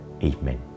Amen